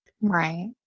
Right